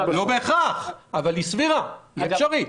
לא בהכרח, אבל היא סבירה, היא אפשרית.